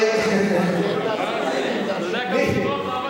אתה יודע כמה כמוך אבד עליהם כלח?